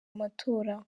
amatora